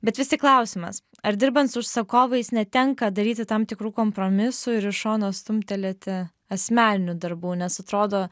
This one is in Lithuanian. bet vis tik klausimas ar dirbant su užsakovais netenka daryti tam tikrų kompromisų ir į šoną stumtelėti asmeninių darbų nes atrodo